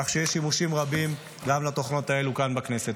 כך שיש שימושים רבים גם לתוכנות האלה כאן בכנסת.